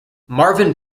marvin